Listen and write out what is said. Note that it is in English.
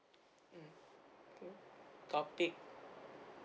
topic